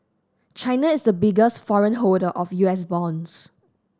China is the biggest foreign holder of U S bonds